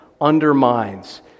undermines